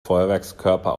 feuerwerkskörper